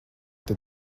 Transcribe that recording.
tad